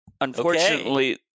Unfortunately